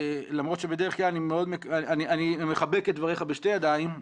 למרות שבדרך כלל אני מחבק את דבריך בשתי ידיים,